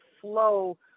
flow